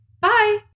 Bye